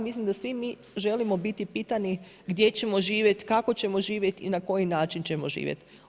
Mislim da svi mi želimo biti pitani gdje ćemo živjeti, kako ćemo živjeti i na koji način ćemo živjeti.